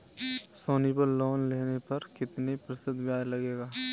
सोनी पल लोन लेने पर कितने प्रतिशत ब्याज लगेगा?